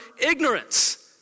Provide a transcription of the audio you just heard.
ignorance